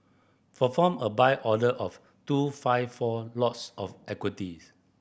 perform a Buy order of two five four lots of equities